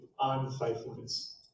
unfaithfulness